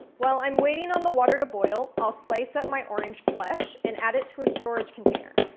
while i'm waiting on the water to boil, i'll slice up my orange flesh and add it to a storage container.